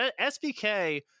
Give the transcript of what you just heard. SBK